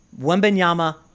Wembenyama